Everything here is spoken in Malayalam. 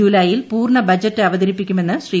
ജൂലായ് ൽ പൂർണ്ണ ബജറ്റ് അവതരിപ്പിക്കുമെന്ന് ശ്രീ